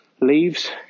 leaves